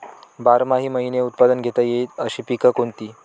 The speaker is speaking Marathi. बाराही महिने उत्पादन घेता येईल अशी पिके कोणती?